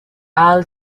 isle